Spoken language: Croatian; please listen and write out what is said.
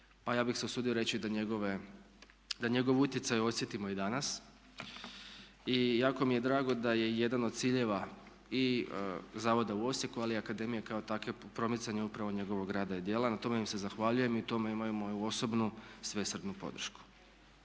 Pa ja bih se usudio reći da njegov utjecaj osjetimo i danas. I jako mi je drago da je jedan od ciljeva i zavoda u Osijeku ali i akademije kao takve, promicanja upravo njegovog rada i djelovanja, na tome im se zahvaljujem i u tome imaju moju osobnu svesrdnu podršku.